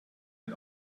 mit